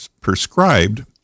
prescribed